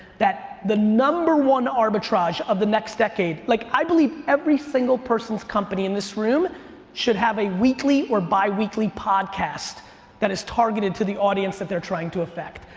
the number one arbitrage of the next decade, like i believe every single person's company in this room should have a weekly or biweekly podcast that is targeted to the audience that they're trying to affect,